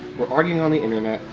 we're arguing on the internet,